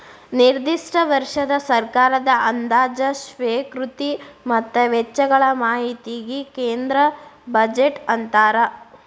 ನಿರ್ದಿಷ್ಟ ವರ್ಷದ ಸರ್ಕಾರದ ಅಂದಾಜ ಸ್ವೇಕೃತಿ ಮತ್ತ ವೆಚ್ಚಗಳ ಮಾಹಿತಿಗಿ ಕೇಂದ್ರ ಬಜೆಟ್ ಅಂತಾರ